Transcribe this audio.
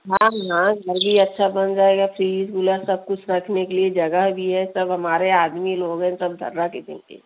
हाँ हाँ वो भी अच्छा बन जाएगा फ्रीज़ कूलर सब कुछ रखने के लिए जगह भी है सब हमारे आदमी लोग हैं सब धर्रा दे देंगे